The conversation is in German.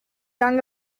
gang